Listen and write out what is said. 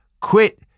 Quit